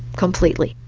completely.